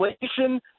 inflation